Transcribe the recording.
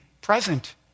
present